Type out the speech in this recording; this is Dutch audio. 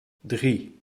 drie